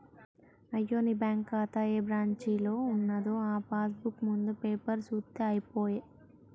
అయ్యో నీ బ్యాంకు ఖాతా ఏ బ్రాంచీలో ఉన్నదో ఆ పాస్ బుక్ ముందు పేపరు సూత్తే అయిపోయే